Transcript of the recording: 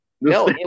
no